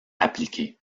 appliqués